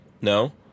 no